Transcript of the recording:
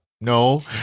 no